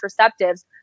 contraceptives